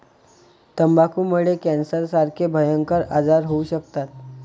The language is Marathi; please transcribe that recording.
तंबाखूमुळे कॅन्सरसारखे भयंकर आजार होऊ शकतात